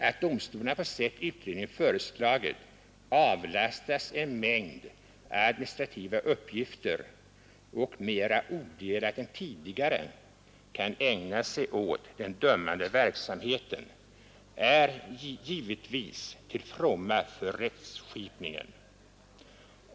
Att domstolarna på sätt utredningen föreslagit avlastas en 49 mängd administrativa uppgifter och mera odelat än tidigare kan ägna sig åt den dömande verksamheten är givetvis till fromma för rättsskipningen.